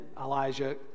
Elijah